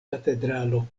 katedralo